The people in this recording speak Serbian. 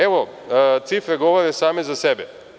Evo, cifre govore same za sebe.